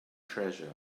treasure